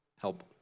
help